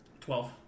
Twelve